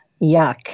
Yuck